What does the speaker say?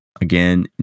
Again